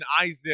Isaac